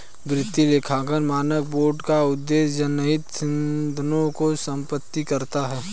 वित्तीय लेखांकन मानक बोर्ड का उद्देश्य जनहित सिद्धांतों को स्थापित करना है